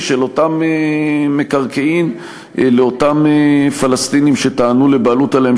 של אותם מקרקעין לאותם פלסטינים שטענו לבעלות עליהם,